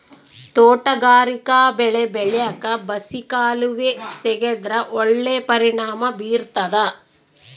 ತೋಟಗಾರಿಕಾ ಬೆಳೆ ಬೆಳ್ಯಾಕ್ ಬಸಿ ಕಾಲುವೆ ತೆಗೆದ್ರ ಒಳ್ಳೆ ಪರಿಣಾಮ ಬೀರ್ತಾದ